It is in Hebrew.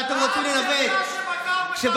ואתם רוצים לנווט שבקדנציה,